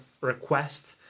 request